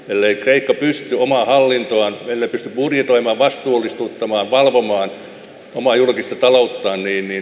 ellei kreikka pysty omaa hallintoaan ennätys budjetoima vastuun istuttamaan valvomaan omaa julkista talouttaan viimein